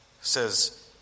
says